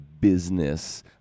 business